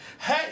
Hey